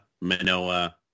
Manoa